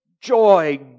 joy